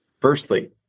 Firstly